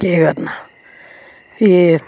केह् करना एह्